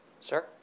sir